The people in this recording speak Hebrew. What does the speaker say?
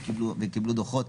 וקיבלו דוחות.